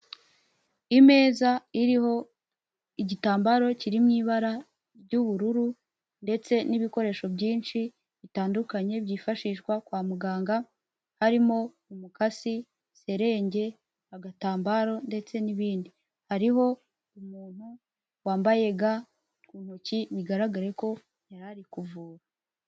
Imeza iriho igitambaro kiri mu ibara ry'ubururu ndetse n'ibikoresho byinshi bitandukanye byifashishwa kwa muganga, harimo umukasi, serenge, agatambaro ndetse n'ibindi, hariho umuntu wambaye gamu ntoki bigaragare ko yari ari kuvura.